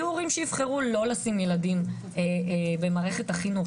יהיו הורים שיבחרו לא לשים ילדים במערכת החינוך,